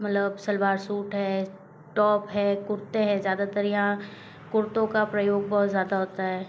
मतलब सलवार सूट है टॉप है कुर्ते है ज़्यादातर यहाँ कुर्तों का प्रयोग बहुत ज़्यादा होता है